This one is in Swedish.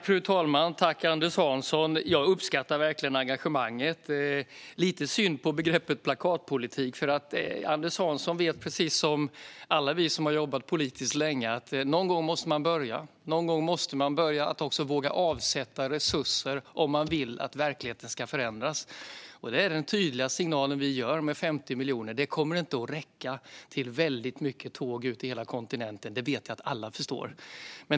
Fru talman! Tack, Anders Hansson! Jag uppskattar verkligen engagemanget. Det är lite synd med begreppet plakatpolitik, för Anders Hansson vet precis som alla vi som länge jobbat politiskt att någon gång måste man börja. Någon gång måste man börja med att också våga avsätta resurser om man vill att verkligheten ska förändras. Vi sänder en tydlig signal med dessa 50 miljoner. De kommer inte att räcka till väldigt mycket tåg ut till hela kontinenten. Det vet jag att alla förstår.